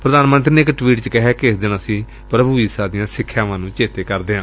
ਪ੍ਧਾਨ ਮੰਤਰੀ ਨੇ ਇਕ ਟਵੀਟ ਚ ਕਿਹੈ ਕਿ ਏਸ ਦਿਨ ਅਸੀ ਪ੍ਰਭੂ ਈਸਾ ਦੀਆਂ ਸਿਖਿਆਵਾਂ ਨੂੰ ਚੇਤੇ ਕਰਦੇ ਨੇ